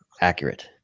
accurate